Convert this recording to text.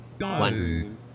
one